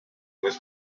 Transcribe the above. was